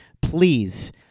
Please